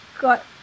got